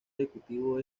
ejecutivo